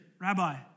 rabbi